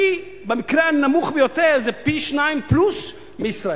במקרה הנמוך ביותר זה פי-שניים פלוס בישראל.